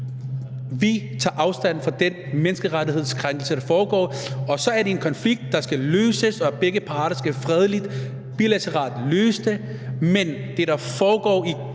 Vi tager afstand fra den menneskerettighedskrænkelse, der foregår? Og så er det en konflikt, der skal løses, og begge parter skal fredeligt bilateralt løse den. Men det, der foregår i